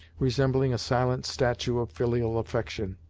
resembling a silent statue of filial affection.